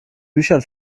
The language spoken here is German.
büchern